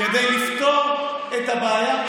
כדי לפתור את הבעיה.